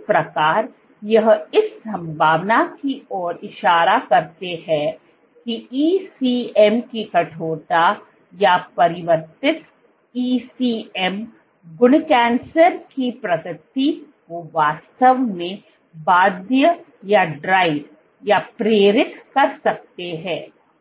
इस प्रकार यह इस संभावना की ओर इशारा करते हैं कि ECM की कठोरता या परिवर्तित ECM गुण कैंसर की प्रगति को वास्तव में बाध्य या प्रेरित कर सकते हैं